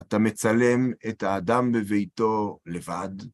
אתה מצלם את האדם בביתו לבד